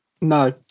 No